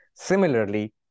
Similarly